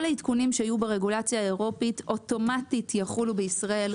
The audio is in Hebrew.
כל העדכונים שיהיו ברגולציה האירופית אוטומטית יחולו בישראל,